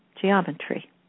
geometry